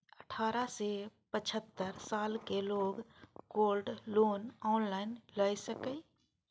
अठारह सं पचहत्तर सालक लोग गोल्ड लोन ऑनलाइन लए सकैए